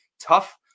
tough